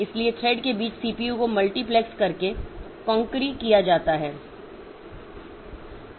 इसलिए थ्रेड के बीच सीपीयू को मल्टीप्लेक्स करके कॉन्क्वेरी किया जाता है